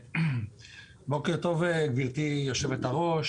בוקר טוב גברתי יושבת הראש,